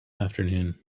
afternoon